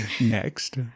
Next